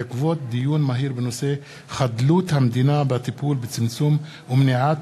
בעקבות דיון בהצעתו לסדר-היום של חבר הכנסת יעקב מרגי בנושא: התעלמות